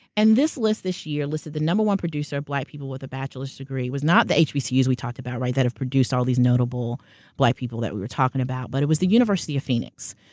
and this list this year listed the number one producer of black people with a bachelor's degree was not the hbcus we talked about, right, that have produced all these notable black people that we were talking about, but it was the university of phoenix,